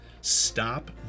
stop